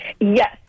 Yes